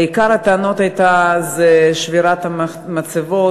עיקר הטענות היו שבירת המצבות,